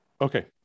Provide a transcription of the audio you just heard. Okay